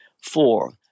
Four